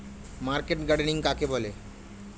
Market gardening কাকে বলে?